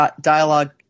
dialogue